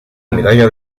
medalla